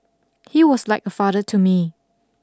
he was like a father to me